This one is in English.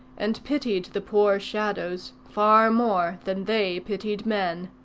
and pitied the poor shadows far more than they pitied men.